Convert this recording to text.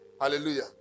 Hallelujah